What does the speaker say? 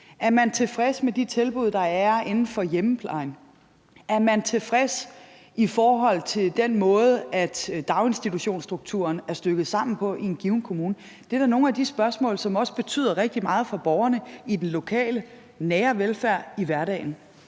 Er man tilfreds med de tilbud, der er inden for hjemmeplejen? Er man tilfreds i forhold til den måde, daginstitutionsstrukturen er stykket sammen på i en given kommune? Det er da nogle af de spørgsmål, som betyder rigtig meget for borgerne i den lokale nære velfærd i hverdagen.